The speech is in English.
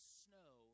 snow